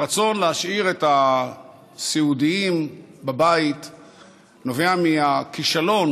הרצון להשאיר את הסיעודיים בבית נובע מהכישלון